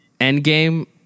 Endgame